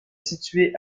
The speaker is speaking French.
situés